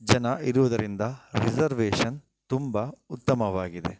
ಜನ ಇರುವುದರಿಂದ ರಿಝರ್ವೇಶನ್ ತುಂಬಾ ಉತ್ತಮವಾಗಿದೆ